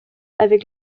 avec